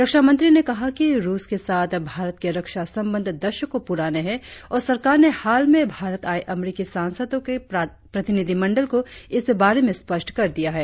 रक्षामंत्री ने कहा कि रुस के साथ भारत के रक्षा संबंध दशकों पुराने हैं और सरकार ने हाल में भारत आए अमरीकी सांसदों के प्रतिनिधि मंडल को इस बारे में स्पष्ट कर दिया है